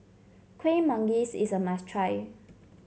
Kueh Manggis is a must try